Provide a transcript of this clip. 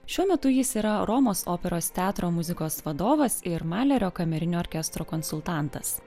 šiuo metu jis yra romos operos teatro muzikos vadovas ir malerio kamerinio orkestro konsultantas